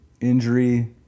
injury